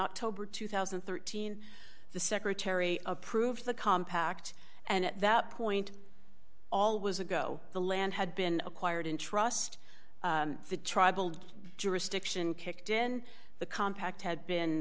october two thousand and thirteen the secretary approved the compact and at that point all was ago the land had been acquired in trust the tribal jurisdiction kicked in the compact had been